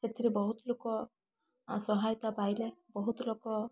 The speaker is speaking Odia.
ସେଥିରେ ବହୁତ ଲୋକ ଅ ସହାୟତା ପାଇଲେ ବହୁତ ଲୋକ